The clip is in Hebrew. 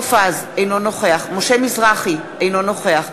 פה מבפנים מתעקשים שיש חרם יש חרם של